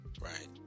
Right